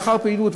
לאחר פעילות,